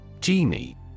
Genie